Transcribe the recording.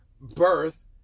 birth